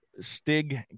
Stig